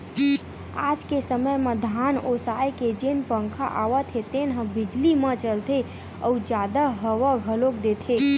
आज के समे म धान ओसाए के जेन पंखा आवत हे तेन ह बिजली म चलथे अउ जादा हवा घलोक देथे